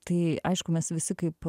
tai aišku mes visi kaip